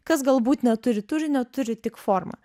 kas galbūt neturi turinio turi tik formą